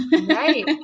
Right